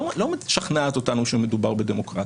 לא משכנעת אותנו שמדובר בדמוקרטיה.